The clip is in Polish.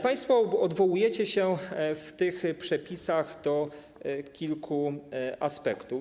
Państwo odwołujecie się w tych przepisach do kilku aspektów.